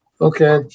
Okay